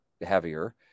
heavier